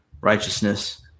righteousness